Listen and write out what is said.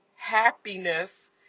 Happiness